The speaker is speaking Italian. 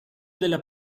della